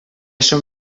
som